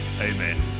amen